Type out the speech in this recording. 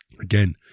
Again